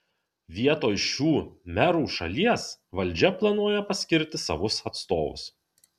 vietoj šių merų šalies valdžia planuoja paskirti savus atstovus